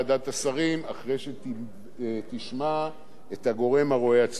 אחרי שתשמע את הגורם הרואה עצמו כנפגע.